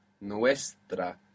Nuestra